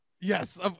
Yes